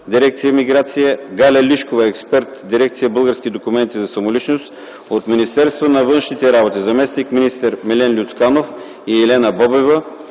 Дирекция „Миграция”, Галя Лишкова – експерт, Дирекция „Български документи за самоличност”; от Министерството на външните работи: заместник-министър Милен Люцканов и Елена Бобева